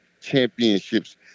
championships